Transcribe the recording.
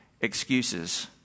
excuses